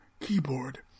keyboard